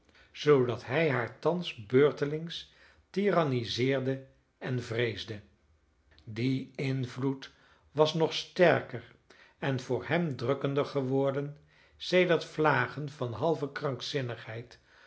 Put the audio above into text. zoodat hij haar thans beurtelings tiranniseerde en vreesde die invloed was nog sterker en voor hem drukkender geworden sedert vlagen van halve krankzinnigheid